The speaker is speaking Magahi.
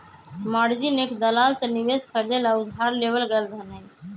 मार्जिन एक दलाल से निवेश खरीदे ला उधार लेवल गैल धन हई